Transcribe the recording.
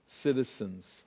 citizens